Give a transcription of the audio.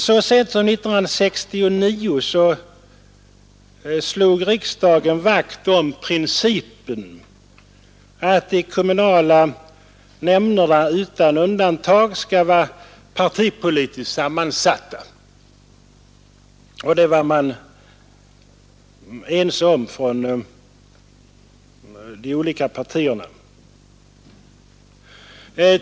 Så sent som 1969 slog riksdagen vakt om principen att de kommunala nämnderna utan undantag skall vara partipolitiskt sammansatta; detta var de olika partierna ense om.